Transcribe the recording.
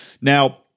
Now